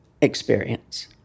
experience